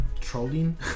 trolling